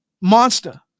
Monster